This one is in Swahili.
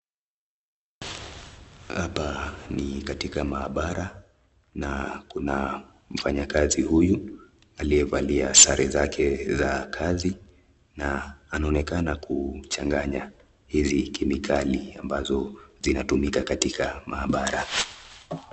Hapa ni katika mahabara na kuna mfanyikazi huyu aliyefalia sare sake za kazi na anaonekana kuchanfanya hizi kinikali ambazo zinatumika katika mahabara.